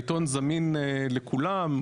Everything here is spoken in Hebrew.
העיתון זמין לכולם,